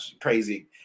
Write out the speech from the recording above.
crazy